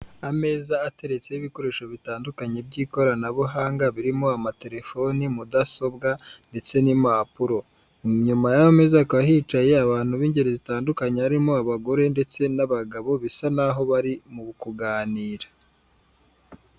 Ameza ateretseho ibikoresho bitandukanye by'ikoranabuhanga birimo amatelefoni mudasobwa ndetse n'impapuro nyuma y'ameza hakaba hicaye abantu b'ingeri zitandukanye harimo abagore ndetse n'abagabo bisa naho bari mu kuganira.